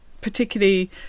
particularly